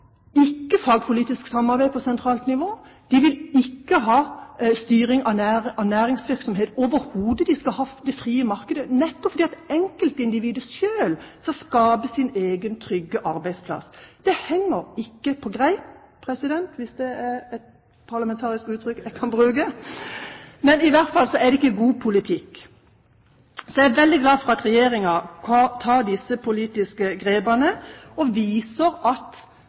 fagpolitisk samarbeid på sentralt nivå, de vil ikke ha styring av næringsvirksomhet overhodet – de skal ha det frie markedet, nettopp fordi enkeltindividet selv skal skape sin egen trygge arbeidsplass – henger det ikke på greip, president, hvis det er et parlamentarisk uttrykk jeg kan bruke. I hvert fall er det ikke god politikk. Så jeg er veldig glad for at Regjeringen tar disse politiske grepene og viser at